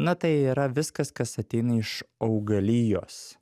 na tai yra viskas kas ateina iš augalijos